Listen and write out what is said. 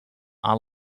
are